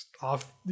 off